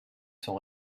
sont